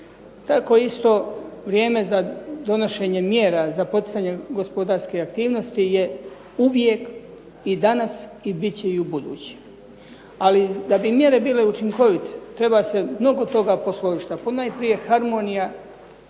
Tako isto vrijeme za donošenje mjera za poticanje gospodarske aktivnosti je uvijek i danas i bit će i u buduće. Ali da bi mjere bile učinkovite treba se mnogo toga posložiti, a ponajprije harmonija